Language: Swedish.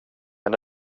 men